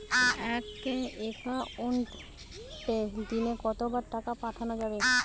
এক একাউন্টে দিনে কতবার টাকা পাঠানো যাবে?